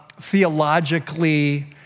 theologically